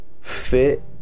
Fit